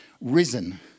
risen